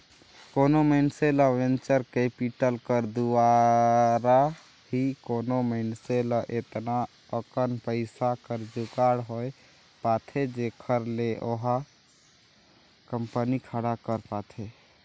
कोनो मइनसे ल वेंचर कैपिटल कर दुवारा ही कोनो मइनसे ल एतना अकन पइसा कर जुगाड़ होए पाथे जेखर ले ओहा कंपनी खड़ा कर पाथे